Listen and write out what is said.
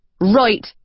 right